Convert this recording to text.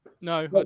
no